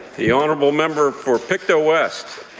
the honourable member for pictou west.